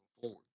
forward